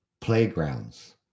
Playgrounds